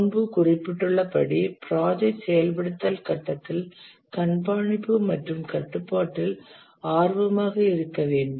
முன்பு குறிப்பிட்டுள்ளபடி ப்ராஜெக்ட் செயல்படுத்தல் கட்டத்தில் கண்காணிப்பு மற்றும் கட்டுப்பாட்டில் ஆர்வமாக இருக்க வேண்டும்